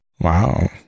Wow